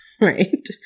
right